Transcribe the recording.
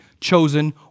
chosen